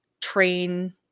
train